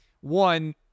One